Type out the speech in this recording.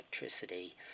electricity